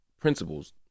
principles